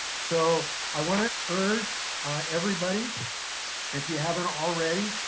so i wanna urge everybody if you haven't already,